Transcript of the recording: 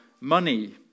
money